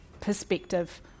perspective